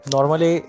Normally